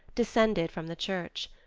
descended from the church.